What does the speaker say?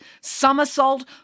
somersault